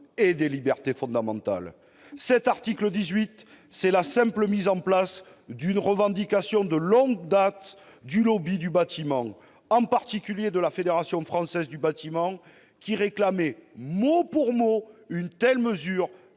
et des libertés fondamentales ». Cet article 18 met tout simplement en place une revendication de longue date du du bâtiment et, en particulier, de la Fédération française du bâtiment, qui réclamait mot pour mot une telle mesure